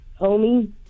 homie